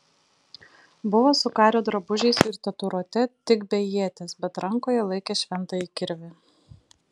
buvo su kario drabužiais ir tatuiruote tik be ieties bet rankoje laikė šventąjį kirvį